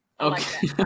Okay